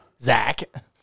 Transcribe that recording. Zach